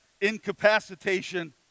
incapacitation